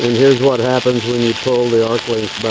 here's what happens when you pull the arc length